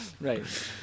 right